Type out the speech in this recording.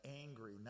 angry